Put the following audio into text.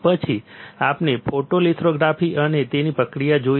પછી આપણે ફોટોલિથોગ્રાફી અને તેની પ્રક્રિયા જોઈ છે